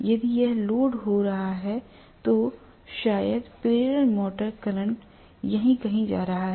यदि यह लोड हो रहा है तो शायद प्रेरण मोटर करंट यहाँ कहीं जा रहा है